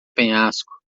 penhasco